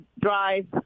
drive